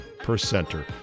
percenter